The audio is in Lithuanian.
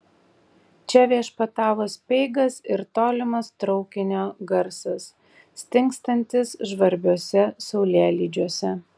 čia viešpatavo speigas ir tolimas traukinio garsas stingstantis žvarbiuose saulėlydžiuose